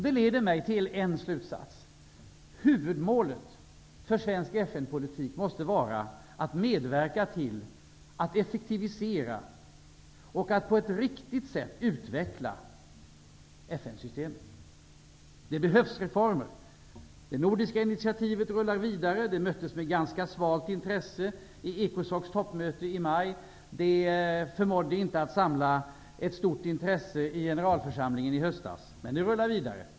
Det leder mig till att dra en slutsats: Huvudmålet för svensk FN-politik måste vara att medverka till att effektivisera och på ett riktigt sätt utveckla FN Det behövs reformer. Det nordiska initiativet rullar vidare. Det möttes med ganska svagt intresse på ECOSOC:s toppmöte i maj. Det förmådde inte samla ett stort intresse i generalförsamlingen i höstas. Men det rullar vidare.